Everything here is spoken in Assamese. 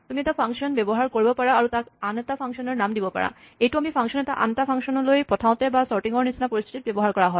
তুমি এটা ফাংচন ব্যৱহাৰ কৰিব পাৰা আৰু তাক অন্য এটা ফাংচনৰ নাম দিব পাৰা এইটো আমি ফাংচন এটা আনএটা ফাংচনলৈ পঠাওতে বা চৰ্টিং ৰ নিচিনা পৰিস্হিতিত ব্যৱহাৰ হয়